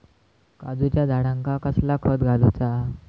काजूच्या झाडांका कसला खत घालूचा?